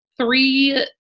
three